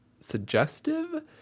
suggestive